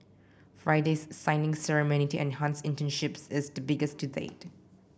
Friday's signing ceremony to enhance internships is the biggest to date